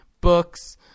books